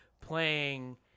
playing